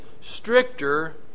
stricter